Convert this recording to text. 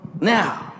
Now